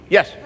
Yes